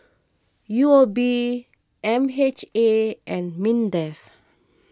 U O B M H A and Mindef